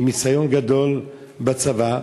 עם ניסיון גדול בצבא,